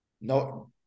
no